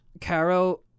Caro